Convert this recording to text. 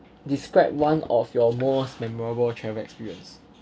describe one of your most memorable travel experience